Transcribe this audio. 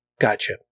Gotcha